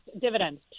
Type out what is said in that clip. dividends